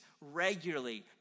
regularly